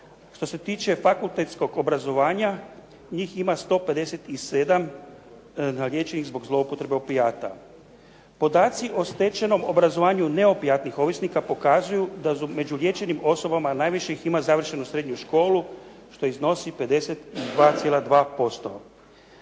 Što se tiče fakultetskog obrazovanja, njih ima 157 liječenih zbog zloupotrebe opijata. Podaci o stečenom obrazovanju neopijatnih ovisnika pokazuju da među liječenim osobama najviše ih ima završenu srednju školu, što iznosi 52,2%